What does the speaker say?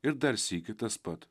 ir dar sykį tas pat